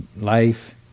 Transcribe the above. life